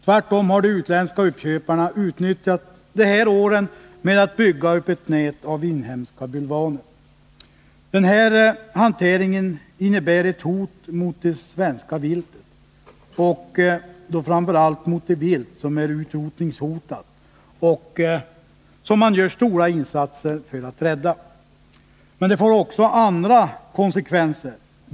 Tvärtom har de utländska uppköparna utnyttjat de här åren till att bygga upp ett nät av inhemska bulvaner. Den här hanteringen innebär ett hot mot det svenska viltet, framför allt mot det vilt som är utrotningshotat och som det görs stora insatser för att rädda. Men det får också andra konsekvenser.